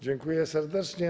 Dziękuję serdecznie.